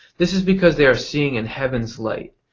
this is because they are seeing in heaven's light,